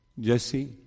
Jesse